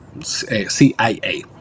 CIA